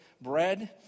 bread